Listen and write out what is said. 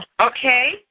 okay